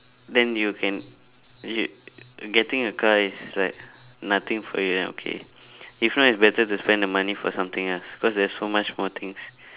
then you can you getting a car is like nothing for you then okay if not it's better to spend the money for something else cause there's so much more things